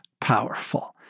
powerful